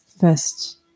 first